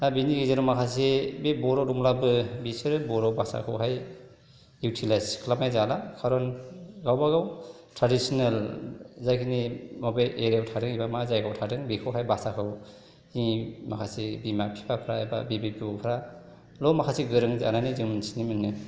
दा बेनि गेजेराव माखासे बे बर' दंब्लाबो बिसोरो बर' भाषाखौहाय इउटिलाइस खालामनाय जाला खारन गावबा गाव ट्रेडिसनेल जाखिनि माबा एरियाव थायो एबा मा जायगायाव थादों बेखौहाय भाषाखौ माखासे बिमा बिफाफ्रा एबा बिबै बिबौफ्राल' माखासे गोरों जानानै जों मोन्थिनो मोनो